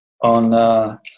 on